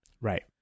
right